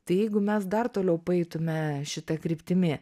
tai jeigu mes dar toliau paeitume šita kryptimi